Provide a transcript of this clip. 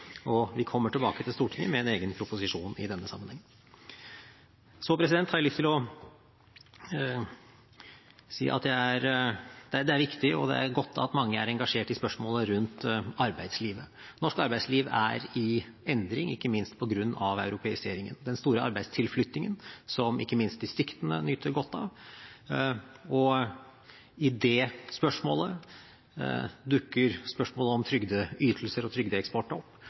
Vi kommer tilbake til Stortinget med en egen proposisjon i denne sammenheng. Så har jeg lyst til å si at det er viktig, og det er godt, at mange er engasjert i spørsmål om arbeidslivet. Norsk arbeidsliv er i endring, ikke minst på grunn av europeiseringen. Det er en stor arbeidstilflytting, som ikke minst distriktene nyter godt av. I den forbindelse dukker spørsmålet om trygdeytelser og trygdeeksport opp,